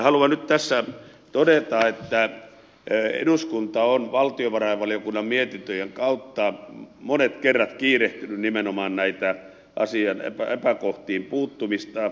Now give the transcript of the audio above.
haluan nyt tässä todeta että eduskunta on valtiovarainvaliokunnan mietintöjen kautta monet kerrat kiirehtinyt nimenomaan tämän asian epäkohtiin puuttumista